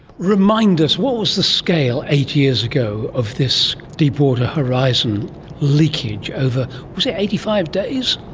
remind us, what was the scale eight years ago of this deepwater horizon leakage over, was it eighty five days?